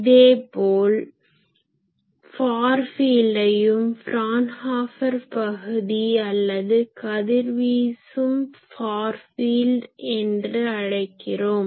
இதேபோல் ஃபார் ஃபீல்டையும் ஃபரான்ஹாபர் பகுதி அல்லது கதிர்வீசும் ஃபார் ஃபீல்ட் என்று அழைக்கிறோம்